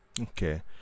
Okay